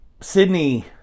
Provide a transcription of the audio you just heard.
Sydney